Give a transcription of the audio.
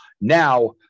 Now